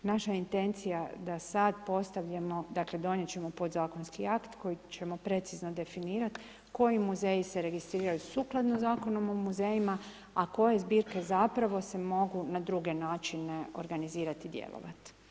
Naša intencija da sad postavljamo, dakle donijet ćemo podzakonski akt koji ćemo precizno definirat koji muzeji se registriraju sukladno Zakonom o muzejima, a koje zbirke zapravo se mogu na druge načine organizirat i djelovat.